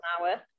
hour